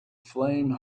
flame